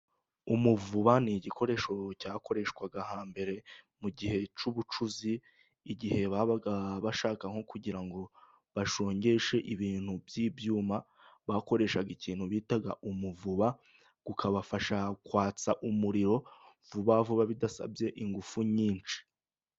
Umuvuba ni igikoresho cyakoreshwaga hambere mu gihe cy'ubucuzi. Igihe babaga bashaka nko kugira ngo bashongeshe ibintu by'ibyuma, bakoresha ikintu bita umuvuba kibafasha kwatsa umuriro vuba vuba bidasabye ingufu nyinshi.